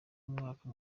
mwaka